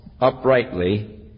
uprightly